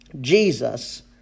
Jesus